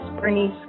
Bernice